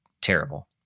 terrible